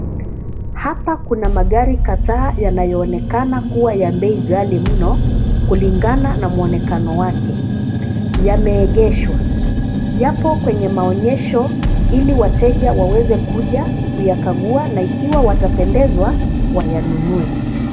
Hapa kuna magari kadhaa yanayoonekana kuwa ya bei ghali mno kulingana na mwonekano wake. Yameegeshwa, yapo kwenye maonyesho ili wateja waweze kuja kuyakagua na ikiwa watapendezwa wayanunue.